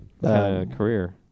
career